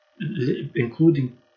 including